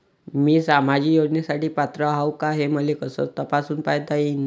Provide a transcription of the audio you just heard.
मी सामाजिक योजनेसाठी पात्र आहो का, हे मले कस तपासून पायता येईन?